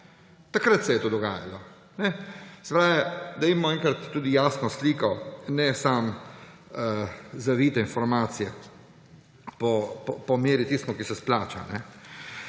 Takrat se je to dogajalo. Dajmo enkrat tudi jasno sliko, ne samo zavite informacije po meri tistega, ki se mu splača.